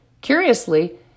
Curiously